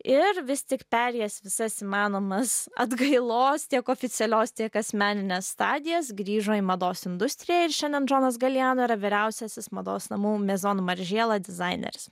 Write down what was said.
ir vis tik perėjęs visas įmanomas atgailos tiek oficialios tiek asmenines stadijas grįžo į mados industriją ir šiandien džonas galijano yra vyriausiasis mados namų mezon maržiela dizaineris